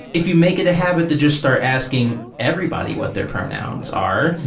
if you make it a habit to just start asking everybody what their pronouns are,